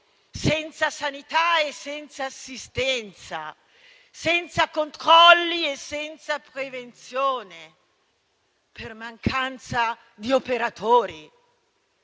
senza sanità e senza assistenza, senza controlli e senza prevenzione, per mancanza di operatori,